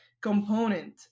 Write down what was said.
component